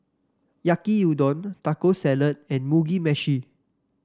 Yaki Udon Taco Salad and Mugi Meshi